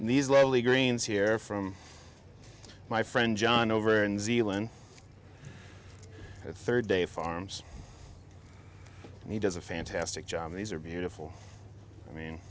these lovely greens here from my friend john over and zealand third day farms and he does a fantastic job these are beautiful i mean